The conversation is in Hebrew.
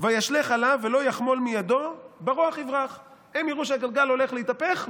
"וישלך עליו ולא יחמל מידו ברוח יברח"; הם יראו שהגלגל הולך להתהפך,